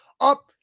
up